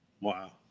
Wow